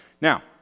Now